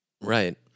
right